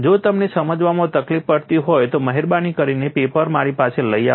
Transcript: જો તમને સમજવામાં તકલીફ પડતી હોય તો મહેરબાની કરીને પેપર મારી પાસે લઈ આવો